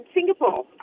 Singapore